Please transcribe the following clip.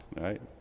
right